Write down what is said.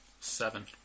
Seven